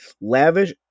lavish